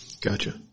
Gotcha